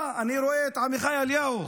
אה, אני רואה את עמיחי אליהו.